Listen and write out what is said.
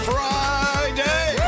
Friday